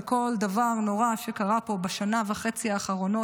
כל דבר נורא שקרה פה בשנה וחצי האחרונות,